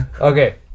Okay